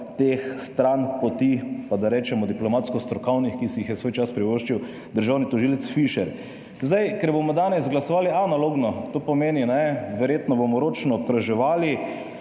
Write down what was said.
teh stranpoti, pa da rečemo diplomatsko-strokovnih, ki si jih je svoj čas privoščil državni tožilec Fišer. Ker bomo danes glasovali analogno, to pomeni, da bomo verjetno ročno obkroževali,